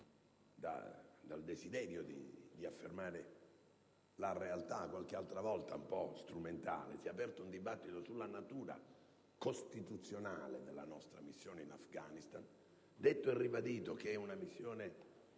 dal desiderio di affermare la realtà, qualche altra volta un po' strumentale, sulla natura costituzionale della nostra missione in Afghanistan, detto e ribadito che essa si pone